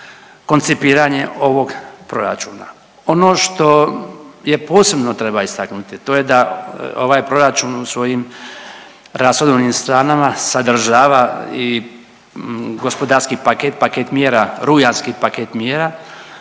koncipiranje ovog proračuna. Ono što posebno treba istaknuti to je da ovaj proračun u svojim rashodovnim stranama sadržava i gospodarski paket, paket mjera, rujanski paket mjera